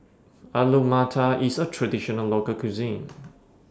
Alu Matar IS A Traditional Local Cuisine